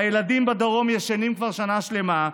הילדים בדרום ישנים כבר שנה שלמה,